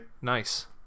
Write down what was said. nice